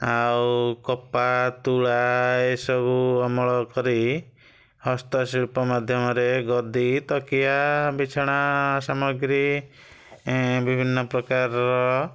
ଆଉ କପା ତୁଳା ଏସବୁ ଅମଳ କରି ହସ୍ତଶିଳ୍ପ ମାଧ୍ୟମରେ ଗଦି ତକିଆ ବିଛଣା ସାମଗ୍ରୀ ବିଭିନ୍ନ ପ୍ରକାରର